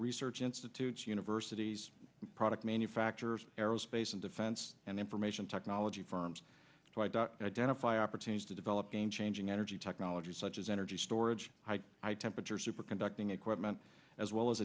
research institutes universities product manufacturers aerospace and defense and information technology firms to identify opportunities to develop game changing energy technologies such as energy storage high high temperature superconducting equipment as well as